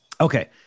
Okay